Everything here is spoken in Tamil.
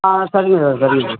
ஆ சரிங்க சார் சரிங்க சார்